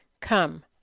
come